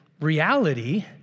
reality